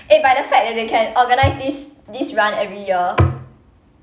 eh but the fact that they can organise this this run every year